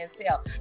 tell